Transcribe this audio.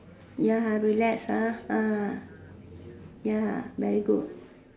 ya relax ya very good